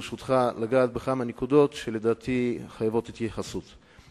ברשותך, לגעת בכמה נקודות שלדעתי דורשות התייחסות.